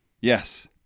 Yes